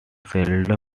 seldom